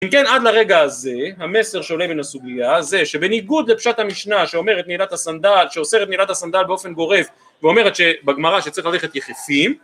אם כן, עד לרגע הזה, המסר שעולה מן הסוגיה זה שבניגוד לפשט המשנה שאומר את נעילת הסנדל, שאוסר את נעילת הסנדל באופן גורף ואומרת שבגמרה שצריך ללכת יחפים